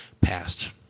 passed